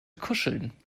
kuscheln